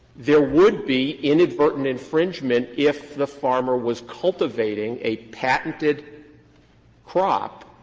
there would be inadvertent infringement if the farmer was cultivating a patented crop,